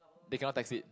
they cannot tax it